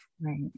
right